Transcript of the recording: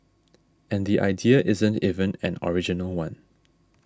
and the idea isn't even an original one